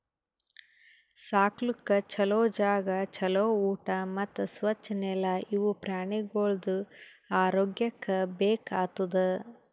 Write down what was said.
ಸಾಕ್ಲುಕ್ ಛಲೋ ಜಾಗ, ಛಲೋ ಊಟಾ ಮತ್ತ್ ಸ್ವಚ್ ನೆಲ ಇವು ಪ್ರಾಣಿಗೊಳ್ದು ಆರೋಗ್ಯಕ್ಕ ಬೇಕ್ ಆತುದ್